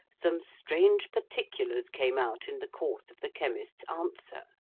some strange particulars came out in the course of the chemist's answer.